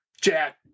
Jack